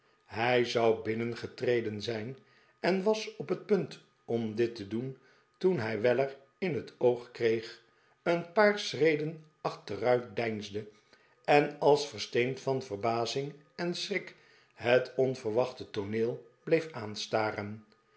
hij zou binnengetreden zijn en was op het punt om dit te doen toen hij weller in het oog kreeg een paar schreden achteruit deinsde en als versteend van verbazing en schrik het onverwachte tooneel bleef aanstaren